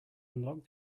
unlock